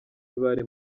bari